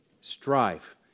strife